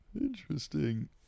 Interesting